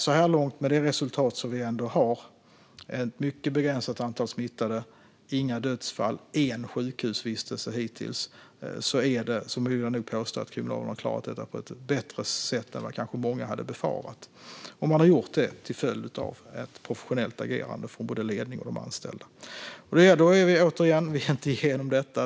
Återigen: Med det resultat vi har så här långt - ett mycket begränsat antal smittade, inga dödsfall och en enda sjukhusvistelse - vill jag nog påstå att kriminalvården har klarat detta på ett bättre sätt än vad många kanske hade befarat. Man har gjort det till följd av ett professionellt agerande från både ledning och anställda. Vi är, återigen, inte igenom detta.